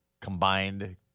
combined